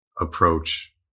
approach